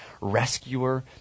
rescuer